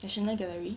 national gallery